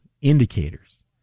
indicators